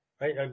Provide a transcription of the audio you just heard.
right